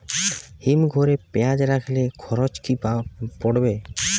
হিম ঘরে পেঁয়াজ রাখলে খরচ কি পড়বে?